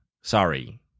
sorry